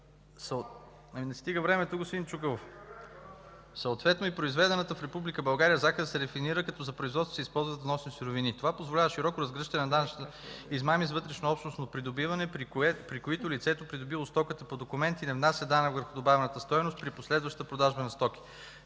Не стига времето, господин Чуколов. Съответно и произведената в Република България захар се рафинира, като за производството се използват вносни суровини. Това позволява широко разгръщане на данъчни измами с вътреобщностно придобиване, при които лицето, придобило стоката по документи, не внася данъка върху добавената стойност при последващата продажба на стоката.